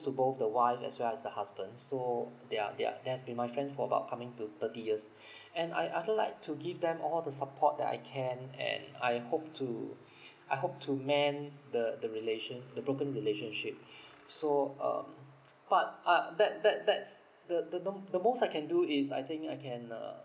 to both the wife as well as the husband so yup they're that's been my friend for about coming to thirty years and I I'd like to give them all the support that I can and I hope to I hope to mend the the relation the broken relationship so um but uh that that that's the the the most I can do is I think I can uh